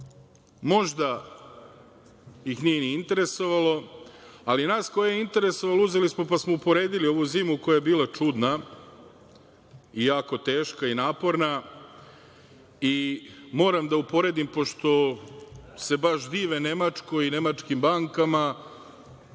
ima. Možda ih nije ni interesovalo, ali nas koje interesovalo uzeli smo pa smo uporedili ovu zimu koja je bila čudna, jako teška i naporna i moram da uporedim pošto se baš dive Nemačkoj i nemačkim bankama,